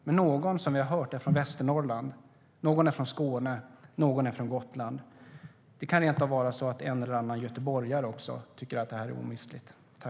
Men någon är från Västernorrland, någon är från Skåne och någon är från Gotland. Det kan rent av vara så att en eller annan göteborgare också tycker att Bromma flygplats är omistlig.